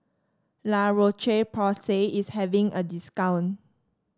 La Roche Porsay is having a discount